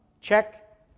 Check